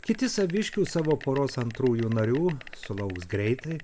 kiti saviškių savo poros antrųjų narių sulauks greitai